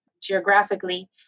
geographically